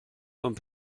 und